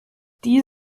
die